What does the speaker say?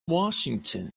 washington